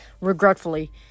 regretfully